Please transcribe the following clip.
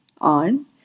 on